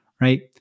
right